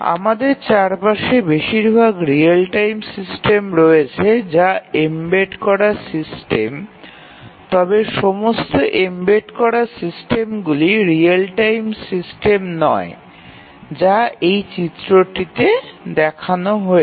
আমাদের চারপাশে বেশিরভাগ রিয়েল টাইম সিস্টেম রয়েছে যা এম্বেড করা সিস্টেম তবে সমস্ত এম্বেড করা সিস্টেমগুলি রিয়েল টাইম সিস্টেম নয় যা এই চিত্রটিতে দেখানো হয়েছে